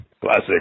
classic